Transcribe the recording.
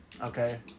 Okay